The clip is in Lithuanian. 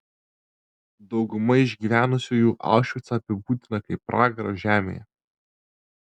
dauguma išgyvenusiųjų aušvicą apibūdiną kaip pragarą žemėje